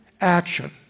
action